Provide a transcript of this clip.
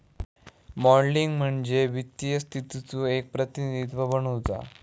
modelling म्हणजे वित्तीय स्थितीचो एक प्रतिनिधित्व बनवुचा